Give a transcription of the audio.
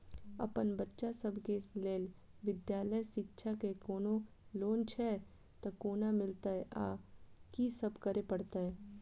अप्पन बच्चा सब केँ लैल विधालय शिक्षा केँ कोनों लोन छैय तऽ कोना मिलतय आ की सब करै पड़तय